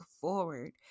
forward